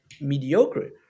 mediocre